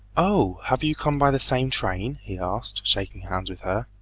oh! have you come by the same train he asked, shaking hands with her.